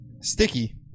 sticky